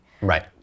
Right